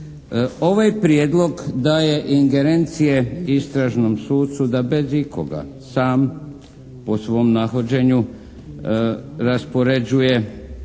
Ovaj prijedlog daje ingerencije istražnom sucu da bez ikoga, sam, po svom nahođenju raspoređuje